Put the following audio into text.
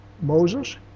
Moses